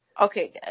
Okay